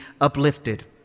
uplifted